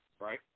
Right